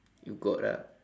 you got ah